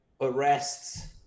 arrests